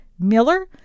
Miller